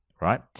right